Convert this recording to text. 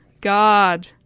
God